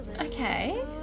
Okay